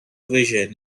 vision